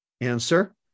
answer